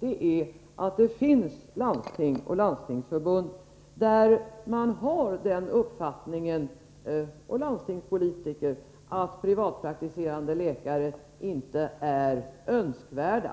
Det är fråga om att det finns landstingsområden och landstingspolitiker som har den uppfattningen att privatpraktiserande läkare inte är önskvärda.